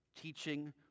teaching